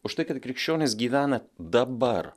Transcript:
už tai kad krikščionys gyvena dabar